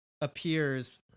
appears